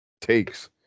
takes